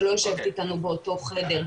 שלא יושבת איתנו באותו חדר.